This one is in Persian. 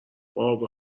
بابا